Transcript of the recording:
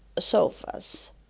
sofas